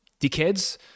dickheads